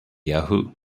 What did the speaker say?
yahoo